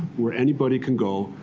where anybody can go,